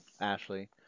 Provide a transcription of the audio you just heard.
Ashley